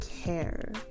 care